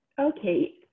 Okay